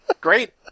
Great